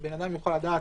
כדי שאדם יוכל לדעת